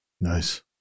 Nice